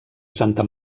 santa